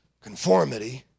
conformity